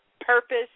purpose